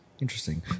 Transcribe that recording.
Interesting